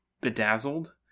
bedazzled